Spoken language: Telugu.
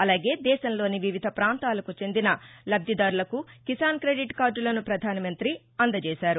అలాగే దేశంలోని వివిధ ప్రాంతాలకు చెందిన లబ్దిదారులకు కిసాన్ క్రెడిట్ కార్డులను ప్రధానమంతి అందజేశారు